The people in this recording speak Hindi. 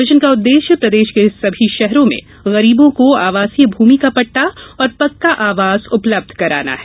मिशन का उद्देश्य प्रदेश के सभी शहरों में गरीबों को आवासीय भूमि का पट्टा एवं पक्का आवास उपलब्ध कराना है